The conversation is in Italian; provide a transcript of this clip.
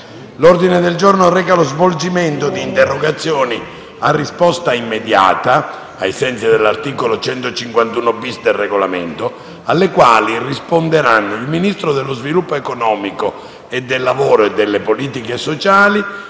L'ordine del giorno reca lo svolgimento di interrogazioni a risposta immediata (cosiddetto *question time*), ai sensi dell'articolo 151-*bis* del Regolamento, alle quali risponderà il Ministro dello sviluppo economico e del lavoro e delle politiche sociali,